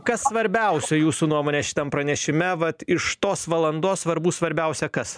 kas svarbiausia jūsų nuomone šitam pranešime vat iš tos valandos svarbu svarbiausia kas